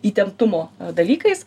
įtemptumo dalykais